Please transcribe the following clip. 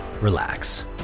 relax